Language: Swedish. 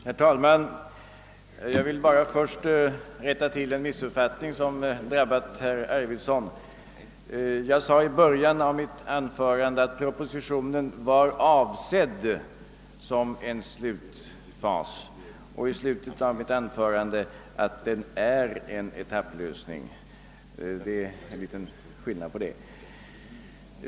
Herr talman! Först ber jag att få rätta till en sak som herr Arvidson har missuppfattat. I början av mitt anförande sade jag att propositionen var avsedd som en slutfas, och i slutet sade jag att den är en etapplösning. Där förelåg det alltså en liten skillnad.